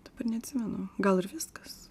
dabar neatsimenu gal ir viskas